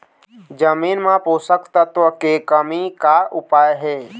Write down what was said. जमीन म पोषकतत्व के कमी का उपाय हे?